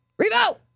Revo